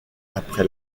après